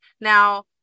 Now